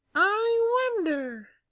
i wonder,